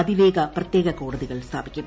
അതിവേഗ പ്രത്യേക കോടതികൾ സ്ഥാപിക്കും